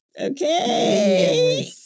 okay